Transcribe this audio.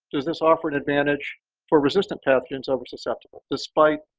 does this offer an advantage for resistant pathogens over susceptible despite